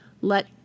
Let